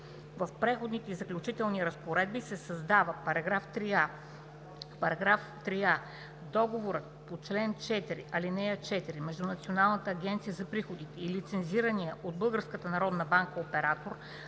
В преходните и заключителните разпоредби се създава § 3а: „§ 3а. Договорът по чл. 4, ал. 4 между Националната агенция за приходите и лицензирания от